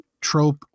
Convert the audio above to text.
trope